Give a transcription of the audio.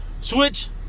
switch